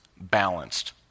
balanced